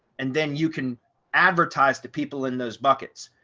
and then you can advertise to people in those buckets.